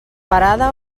parada